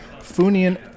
Funian